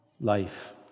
life